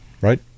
right